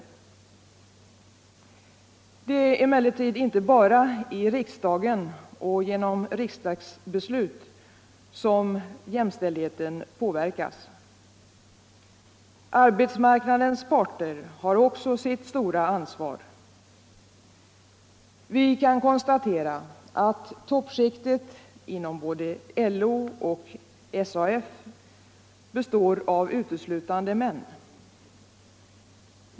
Det är emellertid inte bara i riksdagen och genom riksdagsbeslut som jämställdheten påverkas. Arbetsmarknadens parter har också sitt stora ansvar. Vi kan konstatera att toppskiktet inom både LO och SAF består av uteslutande män.